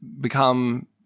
become